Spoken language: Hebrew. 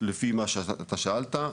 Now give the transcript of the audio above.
לפי מה שאתה שאלת,